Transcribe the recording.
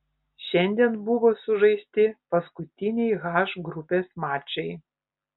šiandien buvo sužaisti paskutiniai h grupės mačai